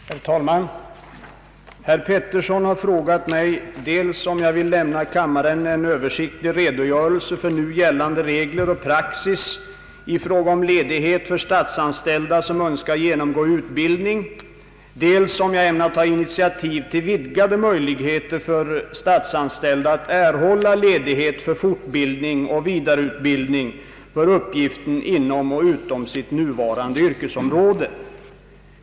Herr talman! Herr Harald Pettersson har frågat mig dels om jag vill lämna kammaren en översiktlig redogörelse för nu gällande regler och praxis i fråga om ledighet för statsanställda som Önskar genomgå utbildning, dels om jag ämnar ta initiativ till vidgade möjligheter för statsanställda att erhålla ledighet för fortbildning och vidareutbildning för uppgifter inom och utom sitt nuvarande yrkesområde.